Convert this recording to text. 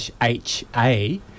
HA